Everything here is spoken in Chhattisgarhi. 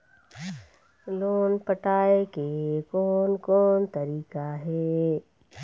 लोन पटाए के कोन कोन तरीका हे?